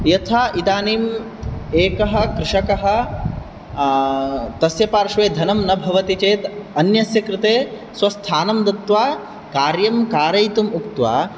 यथा इदानीम् एकः कृषकः तस्य पार्श्वे धनं न भवति चेत् अन्यस्य कृते स्वस्थानं दत्त्वा कार्यं कारयितुम् उक्त्वा